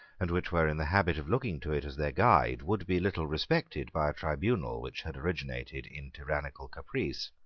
and which were in the habit of looking to it as their guide, would be little respected by a tribunal which had originated in tyrannical caprice.